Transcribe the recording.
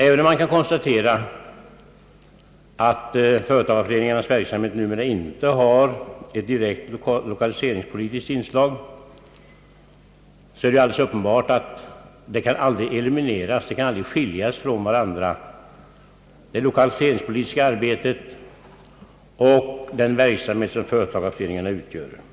Även om det kan konstateras att företagareföreningarnas verksamhet numera inte har direkt lokaliseringspolitiskt inslag, är det alldeles uppenbart, att det lokaliseringspolitiska arbetet och den verksamhet som företagareföreningarna bedriver aldrig kan skiljas åt.